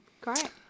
Great